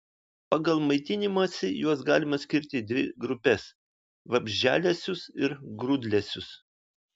pagal maitinimąsi juos galima skirti į dvi grupes vabzdžialesius ir grūdlesius